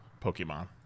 Pokemon